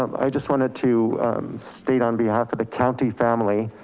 um i just wanted to state on behalf of the county family,